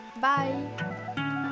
bye